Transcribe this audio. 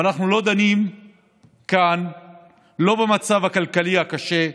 אבל אנחנו לא דנים כאן במצב הכלכלי הקשה.